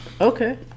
Okay